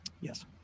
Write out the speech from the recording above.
Yes